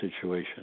situation